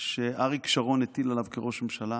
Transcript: אריק שרון הטיל עליו כראש ממשלה